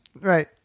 Right